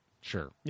Sure